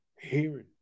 Hearing